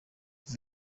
kuva